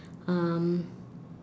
um